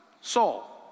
Saul